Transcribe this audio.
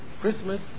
Christmas